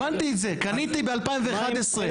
אני הצטרפתי רק ב-2012,